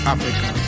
Africa